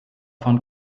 von